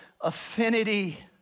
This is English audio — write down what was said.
affinity